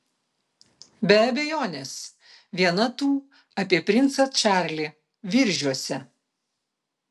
be abejonės viena tų apie princą čarlį viržiuose